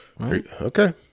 Okay